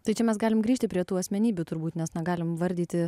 tai čia mes galim grįžti prie tų asmenybių turbūt nes na galim vardyti